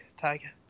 tiger